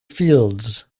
fields